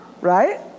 Right